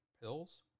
pills